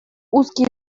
узкий